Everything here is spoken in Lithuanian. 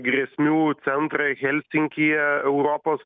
grėsmių centrą helsinkyje europos